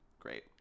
great